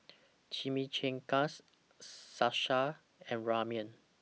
Chimichangas Salsa and Ramen